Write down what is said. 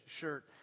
shirt